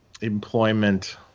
employment